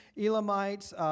Elamites